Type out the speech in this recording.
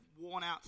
worn-out